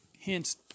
Hence